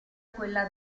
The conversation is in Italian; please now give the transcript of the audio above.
quella